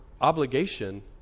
obligation